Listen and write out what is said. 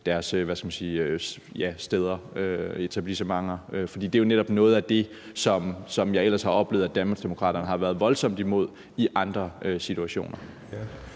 deres etablissementer. For det er jo netop noget af det, som jeg ellers har oplevet at Danmarksdemokraterne har været voldsomt imod i andre situationer.